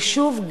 ושוב,